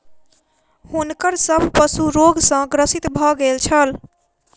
हुनकर सभ पशु रोग सॅ ग्रसित भ गेल छल